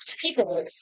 people